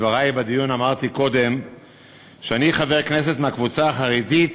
בדברי בדיון אמרתי קודם שאני חבר כנסת מהקבוצה החרדית